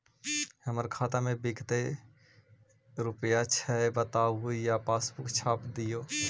हमर खाता में विकतै रूपया छै बताबू या पासबुक छाप दियो?